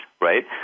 right